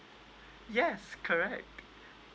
yes correct